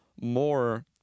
more